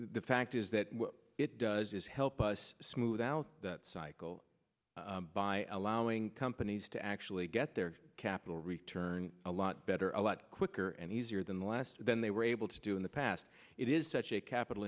the fact is that what it does is help us smooth out that cycle by allowing companies to actually get their capital return a lot better a lot quicker and easier than last than they were able to do in the past it is such a capital